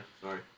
sorry